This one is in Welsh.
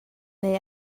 neu